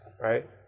right